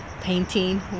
painting